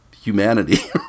humanity